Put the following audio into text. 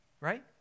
right